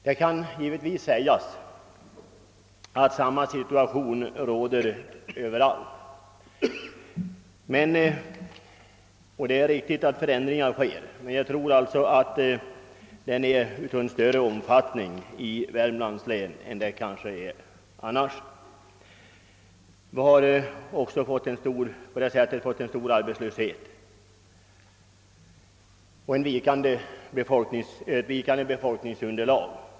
Det kan givetvis sägas att samma situation råder överallt, och det är riktigt att förändringar sker. Men jag tror att läget är svårare i Värmlands län än på andra håll. Vi har fått en stor arbetslöshet och ett vikande befolkningsunderlag.